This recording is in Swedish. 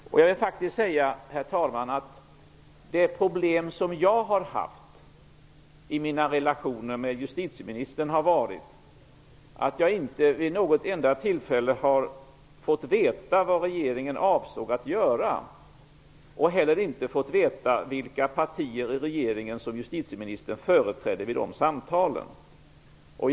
Jag vill faktiskt säga att det problem som jag har haft i mina relationer med justitieministern har varit att jag inte vid något enda tillfälle har fått veta vad regeringen avsåg göra. Jag har inte heller fått veta vilka partier i regeringen som justitieministern företrädde vid sina samtal. Herr talman!